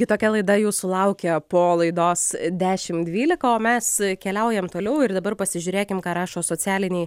kitokia laida jūsų laukia po laidos dešimt dvylika o mes keliaujam toliau ir dabar pasižiūrėkim ką rašo socialiniai